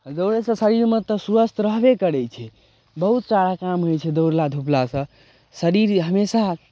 दौड़यसँ शरीरमे तऽ स्वस्थ रहबे करै छै बहुत सारा काम होइ छै दौड़ला धुपलासँ शरीर हमेशा